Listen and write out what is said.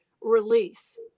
release